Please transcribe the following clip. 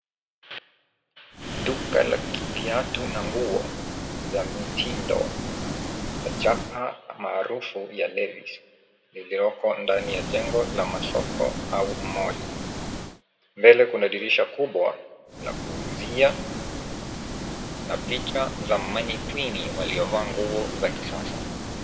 Duka la viatu na nguo za mitindo za chapa maarufu ya Levis iliyoko ndani ya jengo la masoko au mall . Mbele kuna dirisha kubwa la kuuzia na picha za mannequin waliovaa nguo za kisasa.